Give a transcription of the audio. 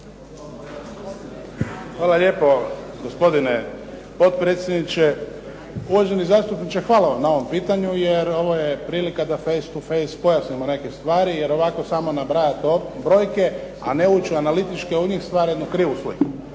Hvala lijepo gospodine potpredsjedniče. Uvaženi zastupniče hvala vam na ovom pitanju jer ovo je prilika da face to face pojasnimo neke stvari jer ovako samo nabrajati brojke, a ne ući analitički u njih stvara jednu krivu sliku.